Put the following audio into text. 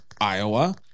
Iowa